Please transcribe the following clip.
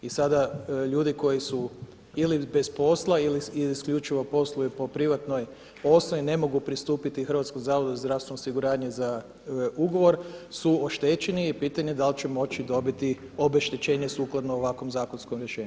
I sada ljudi koji su ili bez posla ili isključivo posluju po privatnoj osnovi ne mogu pristupiti HZZO za ugovor su oštećeni i pitanje da li će moći dobiti obeštećenje sukladno ovakvom zakonskom rješenju.